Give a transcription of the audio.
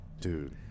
dude